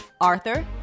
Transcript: Arthur